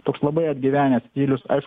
toks labai atgyvenęs stilius aš